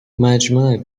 مجمع